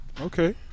okay